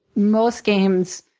most games,